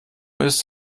ist